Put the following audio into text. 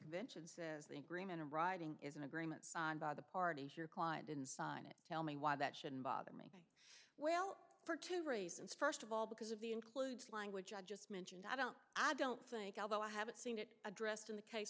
and says the agreement in writing is an agreement signed by the parties your client didn't sign it tell me why that should bother me well for two reasons first of all because of the includes language i just mentioned i don't i don't think i'll go i haven't seen it addressed in the case